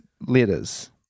letters